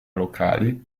locali